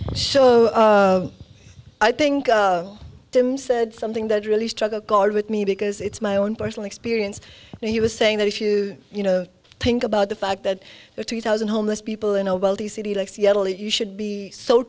so i think tim said something that really struck a chord with me because it's my own personal experience and he was saying that if you you know think about the fact that the two thousand homeless people in a wealthy city like seattle that you should be so